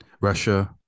Russia